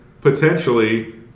potentially